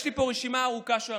יש לי פה רשימה ארוכה של אנשים,